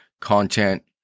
content